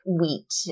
wheat